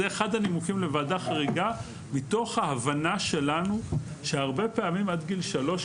זה אחד הנימוקים לוועדה חריגה מתוך ההבנה שלנו שהרבה פעמים עד גיל שלוש,